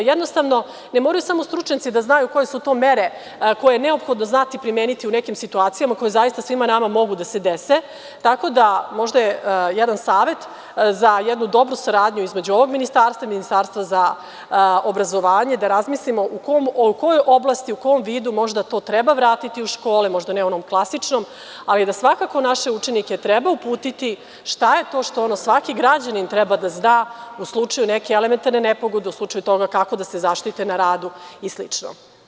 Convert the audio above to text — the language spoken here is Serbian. Jednostavno, ne moraju samo stručnjaci da znaju koje su to mere koje je neophodno znati primeniti u nekim situacijama, koje zaista svima nama mogu da se dese, tako da je možda jedan savet za jednu dobru saradnju između ovog ministarstva i Ministarstva za obrazovanje da razmislimo u kojoj oblasti, u kom vidu možda to treba vratiti u škole, možda ne onom klasičnom, ali da svakako naše učenike treba uputiti šta je to što svaki građanin treba da zna u slučaju neke elementarne nepogode, u slučaju toga kako da se zaštite na radu i slično.